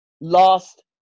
lost